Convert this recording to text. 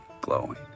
glowing